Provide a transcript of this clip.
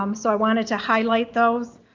um so i wanted to highlight those.